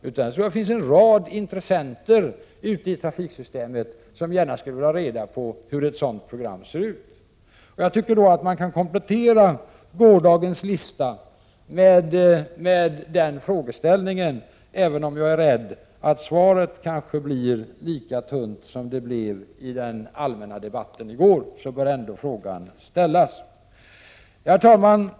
Det finns en rad intressenter inom trafiksystemet som gärna skulle vilja veta hur ett sådant program ser ut. Jag tycker att man kan komplettera gårdagens lista med den frågeställningen, även om jag är rädd för att svaret kanske blir lika tunt som i den allmänna debatten i går. Herr talman!